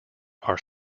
are